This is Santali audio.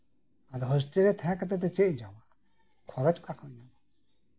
ᱦᱚᱥᱴᱮᱞᱨᱮ ᱛᱟᱸᱦᱮ ᱠᱟᱛᱮᱜ ᱫᱚ ᱪᱮᱫ ᱤᱧ ᱡᱚᱢᱟ ᱠᱷᱚᱨᱚᱪ ᱚᱠᱟ ᱠᱷᱚᱱᱤᱧ ᱧᱟᱢᱟ